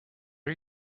are